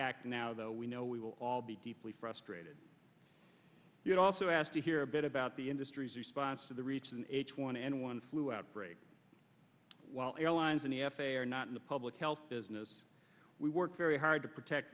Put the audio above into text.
act now though we know we will all be deeply frustrated you also asked to hear a bit about the industry's response to the recent h one n one flu outbreak while airlines and the f a a are not in the public health business we work very hard to protect